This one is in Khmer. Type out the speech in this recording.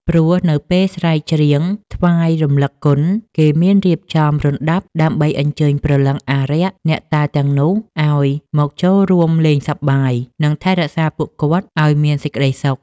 ព្រោះនៅពេលស្រែកច្រៀងថ្វាយរំលឹកគុនគេមានរៀបចំរណ្ដាប់ដើម្បីអញ្ជើញព្រលឹងអារក្ស អ្នកតាទាំងនោះឲ្យមកចូលរួមលេងសប្បាយ និងថែរក្សាពួកគាត់ឲ្យមានសេចក្ដីសុខ ។